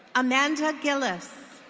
amanda gillis.